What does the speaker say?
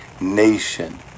nation